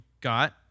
got